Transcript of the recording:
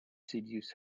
seduce